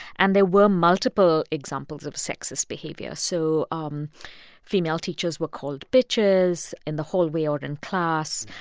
and there were multiple examples of sexist behavior. so um female teachers were called bitches in the hallway or in class.